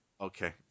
Okay